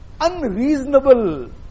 unreasonable